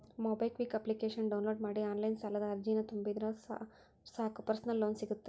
MobiKwik ಅಪ್ಲಿಕೇಶನ download ಮಾಡಿ online ಸಾಲದ ಅರ್ಜಿನ ತುಂಬಿದ್ರ ಸಾಕ್ ಪರ್ಸನಲ್ ಲೋನ್ ಸಿಗತ್ತ